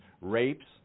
rapes